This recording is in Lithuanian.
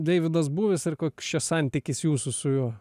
deividas būvis ir koks čia santykis jūsų su juo